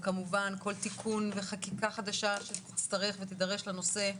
כמובן כל תיקון וחקיקה חדשה שתצטרך ותידרש לנושא,